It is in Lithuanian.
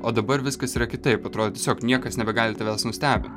o dabar viskas yra kitaip atrodo tiesiog niekas nebegali tavęs nustebint